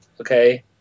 okay